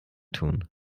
tun